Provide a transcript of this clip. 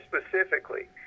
specifically